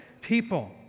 people